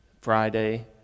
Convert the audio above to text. Friday